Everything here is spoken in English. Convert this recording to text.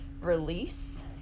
release